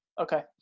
okay